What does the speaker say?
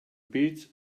beach